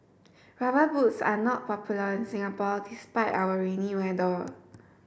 rubber boots are not popular in Singapore despite our rainy weather